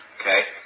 Okay